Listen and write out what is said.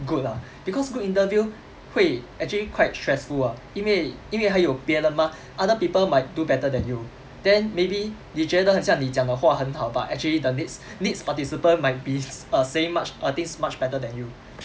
good lah because group interview 会 actually quite stressful ah 因为因为还有别人 mah other people might do better than you then maybe 你觉得很像你讲的话很好 but actually the next next participant might be err saying much err things much better than you